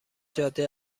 جاده